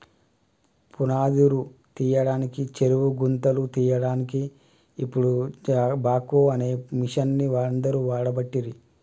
పునాదురు తీయడానికి చెరువు గుంతలు తీయడాన్కి ఇపుడు బాక్వో అనే మిషిన్ని అందరు వాడబట్టిరి